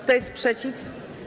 Kto jest przeciw?